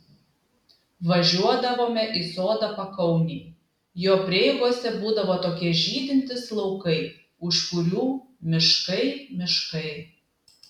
važiuodavome į sodą pakaunėj jo prieigose būdavo tokie žydintys laukai už kurių miškai miškai